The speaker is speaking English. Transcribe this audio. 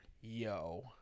Yo